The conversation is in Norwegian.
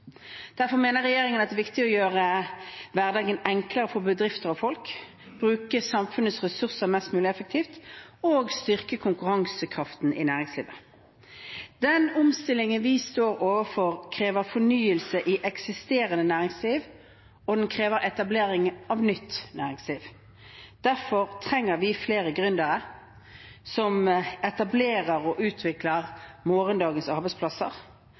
Derfor mener regjeringen det er viktig å gjøre hverdagen enklere for bedrifter og folk, bruke samfunnets ressurser mest mulig effektivt og styrke konkurransekraften i næringslivet. Den omstillingen vi står overfor, krever fornyelse i eksisterende næringsliv, og den krever etablering av nytt næringsliv. Derfor trenger vi flere gründere som etablerer og utvikler morgendagens arbeidsplasser,